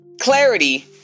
clarity